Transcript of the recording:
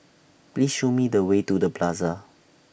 Please Show Me The Way to The Plaza